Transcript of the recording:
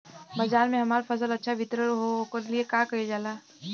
बाजार में हमार फसल अच्छा वितरण हो ओकर लिए का कइलजाला?